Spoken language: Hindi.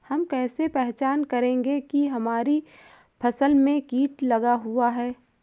हम कैसे पहचान करेंगे की हमारी फसल में कीट लगा हुआ है?